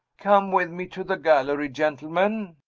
come with me to the gallery, gentlemen,